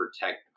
protect